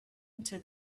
into